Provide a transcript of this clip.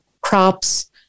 crops